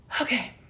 Okay